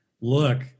look